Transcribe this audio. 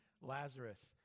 Lazarus